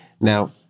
Now